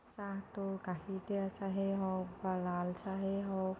চাহটো গাখীৰ দিয়া চাহেই হওক বা লাল চাহেই হওক